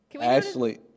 Ashley